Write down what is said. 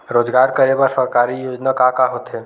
रोजगार करे बर सरकारी योजना का का होथे?